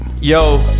Yo